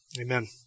Amen